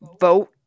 vote